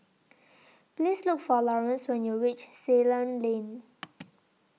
Please Look For Lawrance when YOU REACH Ceylon Lane